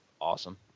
awesome